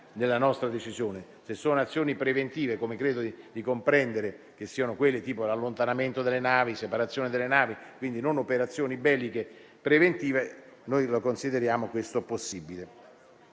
nella nostra decisione, se sono azioni preventive, come credo di comprendere, tipo l'allontanamento delle navi e la separazione delle navi, quindi non operazioni belliche preventive, noi questo lo consideriamo possibile.